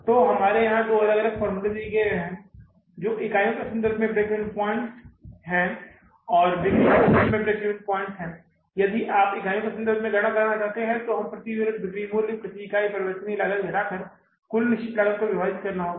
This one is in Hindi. तो हमारे यहां दो अलग अलग फॉर्मूले दिए गए हैं जो इकाइयों के संदर्भ में ब्रेक इवन पॉइंट्स है बिक्री के मूल्यों के संदर्भ में ब्रेक इवन पॉइंट्स यदि आप इकाइयों के संदर्भ में गणना करना चाहते हैं तो हम प्रति यूनिट विक्रय मूल्य प्रति इकाई परिवर्तनीय लागत घटाकर कुल निश्चित लागत को विभाजित करना होगा